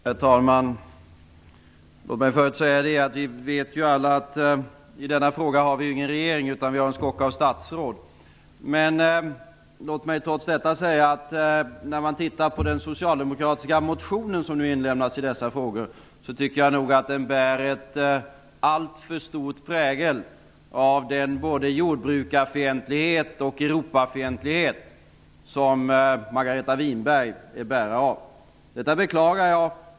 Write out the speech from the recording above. Herr talman! Låt mig först säga att vi alla vet att vi i denna fråga inte har någon regering utan en skock av statsråd. Men låt mig trots detta säga att jag, efter att ha tittat på den socialdemokratiska motionen som nu väckts, nog tycker att den bär en alltför stark prägel av både den jordbrukarfientlighet och den Europafientlighet som Margareta Winberg är bärare av. Detta beklagar jag.